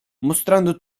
mostrando